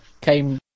came